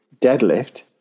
deadlift